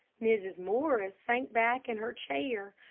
mrs. morris sank back in her chair,